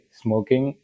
smoking